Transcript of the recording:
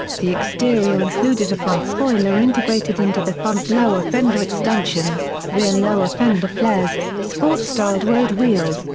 the exterior included a front spoiler integrated into the front lower fender extensions, rear lower fender flares, sport-styled road wheels,